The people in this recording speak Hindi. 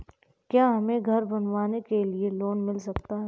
क्या हमें घर बनवाने के लिए लोन मिल सकता है?